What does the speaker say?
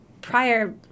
prior